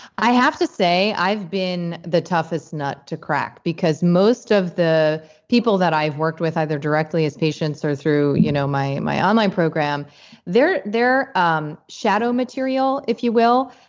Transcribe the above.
i have to say, i've been the toughest nut to crack because most of the people that i've worked with either directly as patients or through you know my my online program they're they're um shadow material, if you will.